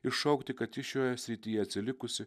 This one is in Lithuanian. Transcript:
ir šaukti kad šioje srityje atsilikusi